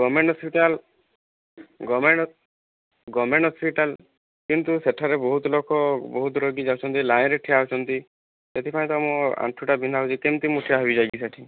government hospital government ହ government hospital କିନ୍ତୁ ସେଠାରେ ବହୁତଲୋକ ବହୁତ ରୋଗୀ ଯାଉଛନ୍ତି ଲାଇନ ରେ ଠିଆହେଉଛନ୍ତି ସେଥିପାଇଁ ତ ମୋ ଆଣ୍ଠୁଟା ବିନ୍ଧା ହେଉଛି କେମିତି ମୁଁ ଠିଆ ହେବି ଯାଇକି ସେଠି